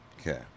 Okay